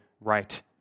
right